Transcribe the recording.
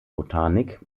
botanik